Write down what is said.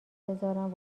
بذارم